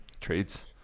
Trades